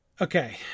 okay